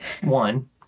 One